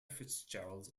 fitzgerald